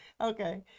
Okay